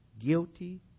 guilty